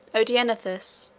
odenathus,